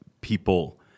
people